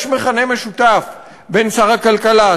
יש מכנה משותף בין שר הכלכלה,